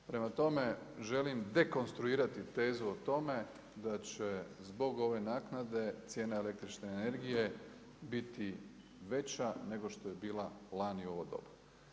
Prema tome, želim dekonstruirati tezu o tome da će zbog ove naknade cijena električne energije biti veća nego što je bila lani u ovo doba.